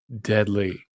deadly